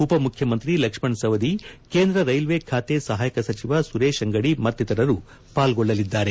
ಉಪ ಮುಖ್ಯಮಂತ್ರಿ ಲಕ್ಷ್ಮಣ್ ಸವದಿ ಕೇಂದ್ರ ರೈಲ್ವೆ ಖಾತೆ ಸಹಾಯಕ ಸಚಿವ ಸುರೇಶ್ ಅಂಗಡಿ ಮತ್ತಿತರರು ಪಾಲ್ಗೊಳ್ಳಲಿದ್ದಾರೆ